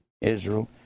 Israel